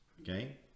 okay